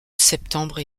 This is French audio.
septembre